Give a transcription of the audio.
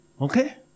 Okay